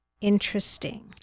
interesting